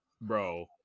Bro